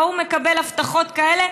וההוא מקבל הבטחות כאלה,